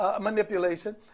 manipulation